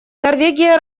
норвегия